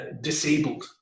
disabled